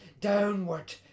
downward